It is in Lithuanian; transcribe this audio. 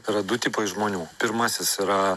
tai yra du tipai žmonių pirmasis yra